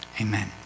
Amen